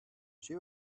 she